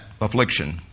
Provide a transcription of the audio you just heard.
affliction